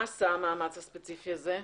מה עשה המאמץ הספציפי הזה?